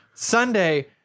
Sunday